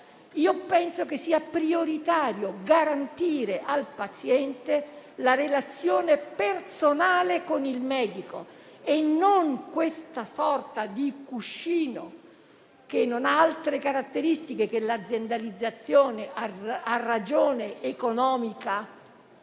penso sia prioritario garantire al paziente la relazione personale con il medico e non questa sorta di cuscino, che non ha altre caratteristiche che l'aziendalizzazione a ragione economica,